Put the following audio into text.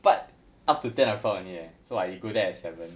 but up to ten o' clock only leh so like you go there at seven